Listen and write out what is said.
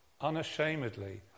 unashamedly